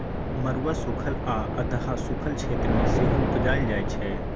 मरुआ सुखल आ अधहा सुखल क्षेत्र मे सेहो उपजाएल जाइ छै